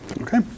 Okay